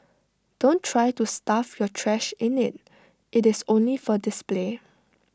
don't try to stuff your trash in IT it is only for display